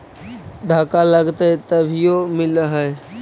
धक्का लगतय तभीयो मिल है?